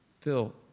Phil